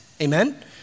Amen